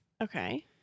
Okay